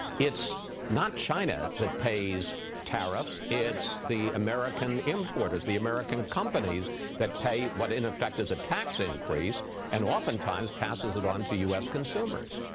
it's not china that pays tariffs. it's the american importers, the american companies that pay what in effect is a tax increase and oftentimes passes it on to u s. consumers.